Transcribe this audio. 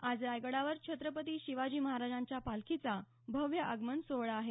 आज रायगडावर छत्रपती शिवाजी महाराजांच्या पालखीचा भव्य आगमन सोहळा आहे